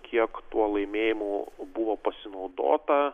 kiek tuo laimėjimu buvo pasinaudota